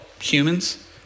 humans